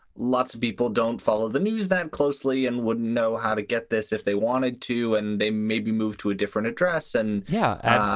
lots of people don't follow the news that closely and wouldn't know how to get this if they wanted to. and they may be moved to a different address. and yeah,